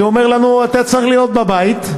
ואומרים לנו: אתה צריך להיות בבית.